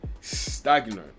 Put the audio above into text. stagnant